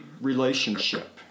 relationship